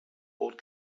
old